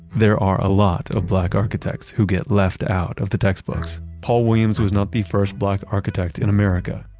there are a lot of black architects who get left out of the textbooks. paul williams was not the first black architect in america,